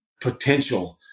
potential